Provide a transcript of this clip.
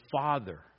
Father